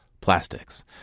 plastics